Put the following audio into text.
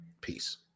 Peace